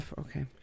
Okay